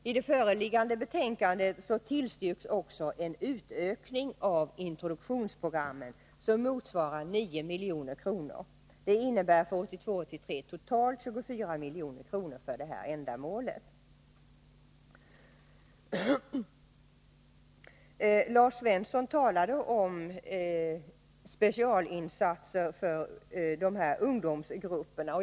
I förevarande betänkande tillstyrks också en utökning av introduktionsprogrammen motsvarande 9 milj.kr. Det innebär för 1982/83 totalt 24 milj.kr. för detta ändamål. Lars Svensson talade om specialinsatser för dessa ungdomsgrupper.